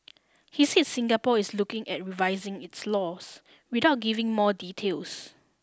he said Singapore is looking at revising its laws without giving more details